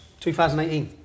2018